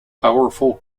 powerful